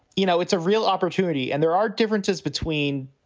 you know, it's a real opportunity. and there are differences between,